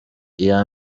iya